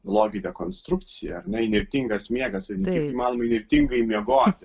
logine konstrukcija ar ne įnirtingas miegas ir kaip įmanoma įnirtingai miegoti